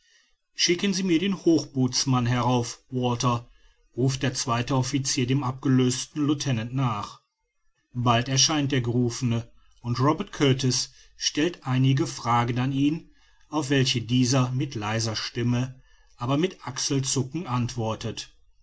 schicken sie mir den hochbootsmann herauf walter ruft der zweite officier dem abgelösten lieutenant nach bald erscheint der gerufene und robert kurtis stellt einige fragen an ihn auf welche dieser mit leiser stimme aber mit achselzucken antwortet